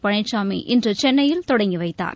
பழனிசாமி இன்று சென்னையில் தொடங்கி வைத்தார்